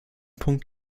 punkt